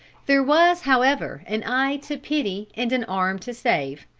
there was, however, an eye to pity and an arm to save,